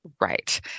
Right